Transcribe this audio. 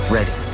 Ready